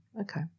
okay